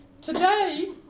today